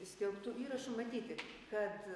skelbtų įrašų matyti kad